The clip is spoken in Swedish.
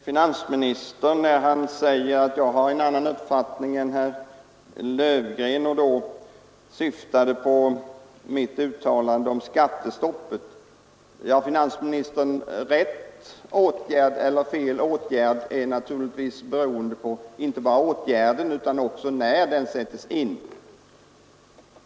Herr talman! Finansministern sade att jag tycks ha en annan uppfattning än herr Löfgren, och då syftade han på mitt uttalande om skattestoppet kontra den offentliga sektorn. Ja, herr finansminister, frågan huruvida det är rätt eller fel åtgärd är naturligtvis beroende inte bara på åtgärden i fråga utan också på när den sätts in.